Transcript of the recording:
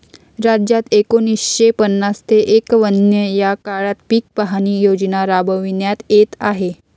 राज्यात एकोणीसशे पन्नास ते एकवन्न या काळात पीक पाहणी योजना राबविण्यात येत आहे